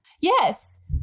Yes